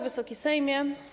Wysoki Sejmie!